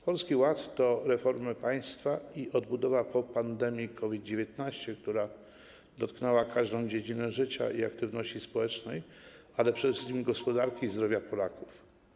Polski Ład to reformy państwa i odbudowa po pandemii COVID-19, która dotknęła każdą dziedzinę życia i aktywności społecznej, ale przede wszystkim uderzyła w gospodarkę i zdrowie Polaków.